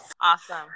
Awesome